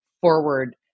forward